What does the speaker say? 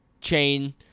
chain